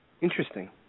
Interesting